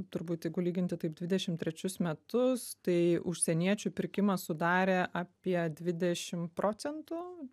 turbūt jeigu lyginti taip dvidešim trečius metus tai užsieniečių pirkimą sudarė apie dvidešim procentų